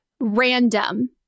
random